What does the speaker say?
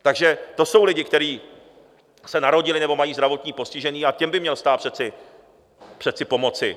Takže to jsou lidé, kteří se narodili nebo mají zdravotní postižení, a těm by měl stát přece pomoci.